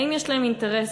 האם יש להם אינטרס